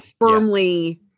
firmly